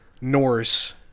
Norse